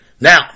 Now